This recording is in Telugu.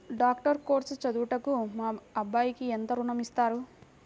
డాక్టర్ కోర్స్ చదువుటకు మా అబ్బాయికి ఎంత ఋణం ఇస్తారు?